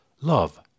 love